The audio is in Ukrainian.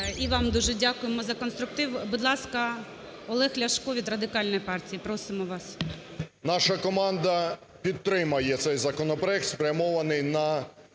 І вам дуже дякуємо за конструктив. Будь ласка, Олег Ляшко від Радикальної партії. Просимо вас. 17:13:05 ЛЯШКО О.В. Наша команда підтримає цей законопроект, спрямований на